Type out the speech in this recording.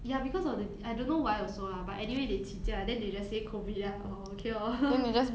ya because of the I don't know why also lah but anyway they 起价 then they just say COVID ah orh okay lor